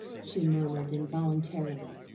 she murmured involuntarily,